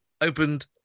opened